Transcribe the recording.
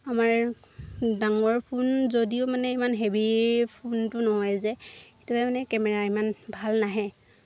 আমাৰ ডাঙৰ ফোন যদিও মানে ইমান হেভি ফোনটো নহয় যে সেইটো বাবে মানে কেমেৰা ইমান ভাল নাহে